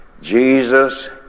Jesus